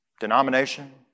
denomination